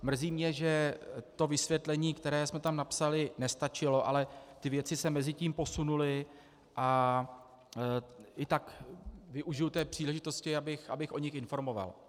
Mrzí mě, že vysvětlení, které jsme tam napsali, nestačilo, ale věci se mezitím posunuly a i tak využiji té příležitosti, abych o nich informoval.